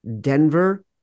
Denver